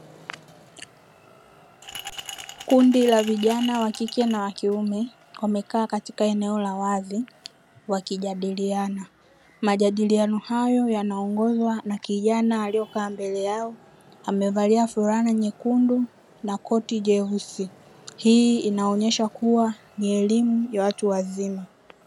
Kundi la vijana wa kike na wa kiume wamekaa katika eneo la wazi wakijadiliana, majadiliano hayo yanaongozwa na kijana aliokaa mbele yao amevalia fulani nyekundu na koti jeusi, hii inaonyesha kuwa ni elimu ya watu wazima.